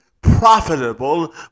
profitable